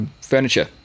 furniture